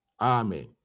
Amen